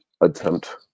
attempt